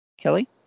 Kelly